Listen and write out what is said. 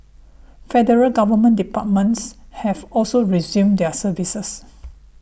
Federal Government departments have also resumed their services